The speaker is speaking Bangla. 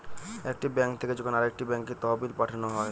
একটি ব্যাঙ্ক থেকে যখন আরেকটি ব্যাঙ্কে তহবিল পাঠানো হয়